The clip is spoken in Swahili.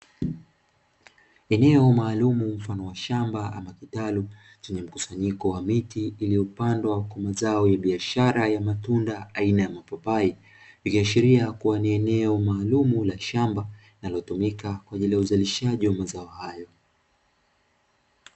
Eneo maalumu mfano wa shamba ama kitalu chenye mkusanyiko wa miti iliyopandwa kwa mazao ya biashara ya matunda aina ya mapapai, ikiashiria kuwa ni eneo maalumu la shamba linalotumika kwa ajili ya uzalishaji wa mazao hayo.